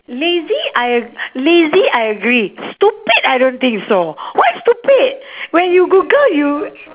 lazy I ag~ lazy I agree stupid I don't think so why stupid when you google you